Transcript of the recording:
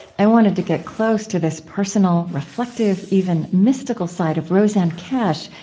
i wanted to get close to this personal, reflective even mystical side of rosanne cash.